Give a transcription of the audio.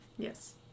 Yes